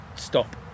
stop